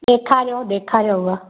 ॾेखारियो ॾेखारियो उहा